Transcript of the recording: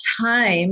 time